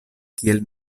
kiel